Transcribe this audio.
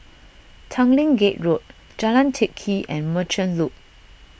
Tanglin Gate Road Jalan Teck Kee and Merchant Loop